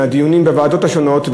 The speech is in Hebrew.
מהדיונים בוועדות השונות,